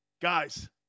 Guys